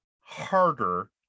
harder